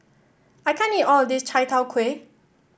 I can't eat all of this Chai Tow Kway